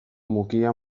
mukia